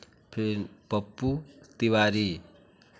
फिर पप्पू तिवारी